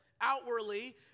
outwardly